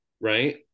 right